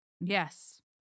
Yes